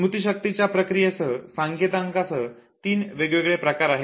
स्मृतीशक्तीच्या प्रक्रियेत संकेतांकासह तीन वेगवेगळे प्रकार आहेत